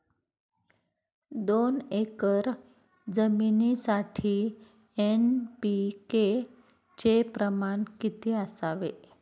दोन एकर जमिनीसाठी एन.पी.के चे प्रमाण किती असावे?